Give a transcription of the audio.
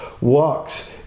walks